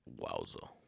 Wowza